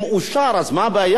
אם אושר, אז מה הבעיה?